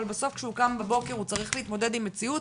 אבל בסוף כשהוא קם בבוקר הוא צריך להתמודד עם מציאות,